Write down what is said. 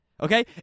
Okay